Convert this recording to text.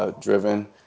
Driven